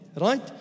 Right